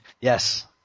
Yes